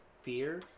fear